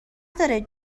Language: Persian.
داره